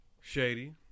Shady